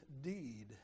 deed